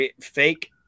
fake